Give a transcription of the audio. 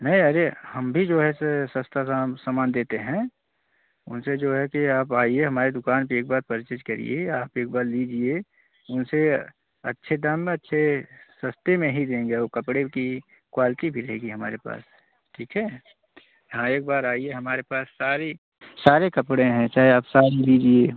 नहीं अरे हम भी जो ऐसा सस्ते दाम समान देते हैं उन से जो है कि आप आइए हमारे दुकान पर एक बार परचेज़ करिए आप एक बार लीजिए उन से अच्छे दाम में अच्छे सस्ते में ही देंगे और कपड़े की क्वालिटी मिलेगी हमारे पास ठीक है हाँ एक बार आइए हमारे पास सारी सारे कपड़े हैं चाहे आप साड़ी लीजिए